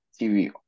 tv